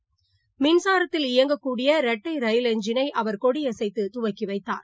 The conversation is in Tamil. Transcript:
பிரதமர் மின்சாரத்தில் இயங்கக் கூடிய இரட்டைரயில் எஞ்சினைஅவர் கொடியசைத்துதுவக்கிவைத்தார்